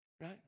right